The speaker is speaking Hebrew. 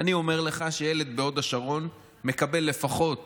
אני אומר לך שילד בהוד השרון מקבל לפחות